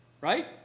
Right